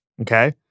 okay